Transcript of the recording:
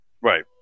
Right